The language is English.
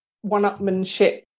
one-upmanship